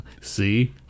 See